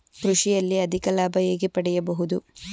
ಕೃಷಿಯಲ್ಲಿ ಅಧಿಕ ಲಾಭ ಹೇಗೆ ಪಡೆಯಬಹುದು?